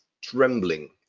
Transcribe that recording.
trembling